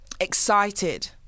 excited